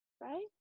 Right